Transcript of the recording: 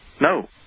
No